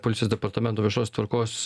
policijos departamento viešos tvarkos